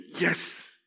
yes